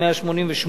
188),